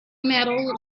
metal